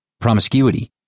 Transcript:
promiscuity